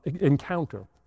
encounter